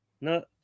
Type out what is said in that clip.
No